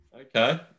Okay